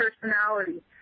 personality